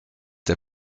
der